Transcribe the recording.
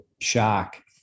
shock